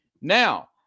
Now